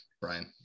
Brian